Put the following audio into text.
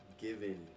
given